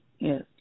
yes